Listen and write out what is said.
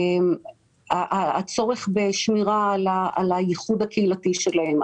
הצורך בשמירה על הייחוד הקהילתי שלהם,